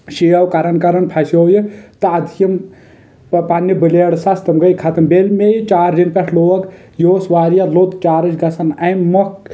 شیو کران کران پھسیو یہِ تہٕ اتھ یِم پننہِ بلیڈس آسہٕ تِم گیۍ ختم بییٚہِ ییٚلہ مےٚ یہِ چارٕجن پٮ۪ٹھ لوگ یہِ اوس واریاہ لوٚت چارٕج گژھان امہِ مۄکھ